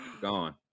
gone